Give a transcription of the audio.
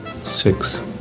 Six